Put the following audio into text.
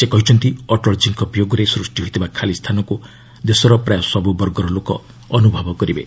ସେ କହିଛନ୍ତି ଅଟଳଜୀଙ୍କ ବିୟୋଗରେ ସୃଷ୍ଟି ହୋଇଥିବା ଖାଲି ସ୍ଥାନକୁ ଦେଶର ପ୍ରାୟ ସବୁ ବର୍ଗର ଲୋକ ଅନୁଭବ କରିବେ